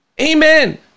Amen